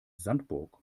sandburg